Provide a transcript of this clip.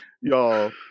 Y'all